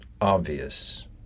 obvious